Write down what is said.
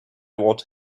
what